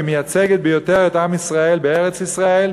והיא המייצגת ביותר את עם ישראל בארץ-ישראל,